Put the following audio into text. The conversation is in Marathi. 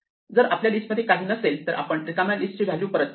जर आपल्या लिस्ट मध्ये काहीही नसेल तर आपण रिकाम्या लिस्ट ची व्हॅल्यू परत करतो